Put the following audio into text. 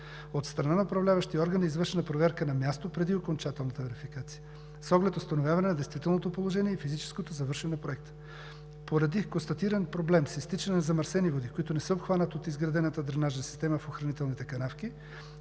От страна на управляващия орган е извършена проверка на място преди окончателната верификация с оглед установяване на действителното положение и физическото завършване на Проекта. Поради констатиран проблем с изтичане на замърсени води, които не са обхванати от изградената дренажна система в охранителните канавки,